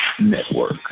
Network